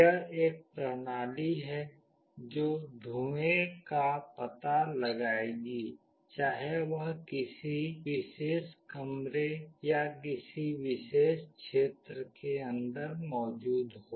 यह एक प्रणाली है जो धुएं का पता लगाएगी चाहे वह किसी विशेष कमरे या किसी विशेष क्षेत्र के अंदर मौजूद हो